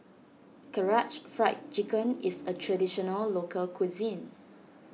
Karaage Fried Chicken is a Traditional Local Cuisine